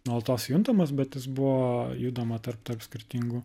nuolatos juntamas bet jis buvo judama tarp tarp skirtingų